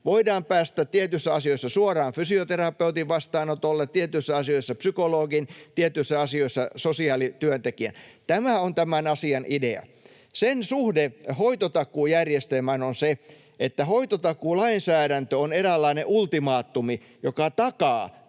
Voidaan päästä tietyissä asioissa suoraan fysioterapeutin vastaanotolle, tietyissä asioissa psykologin, tietyissä asioissa sosiaalityöntekijän. Tämä on tämän asian idea. Sen suhde hoitotakuujärjestelmään on se, että hoitotakuulainsäädäntö on eräänlainen ultimaatumi, joka takaa,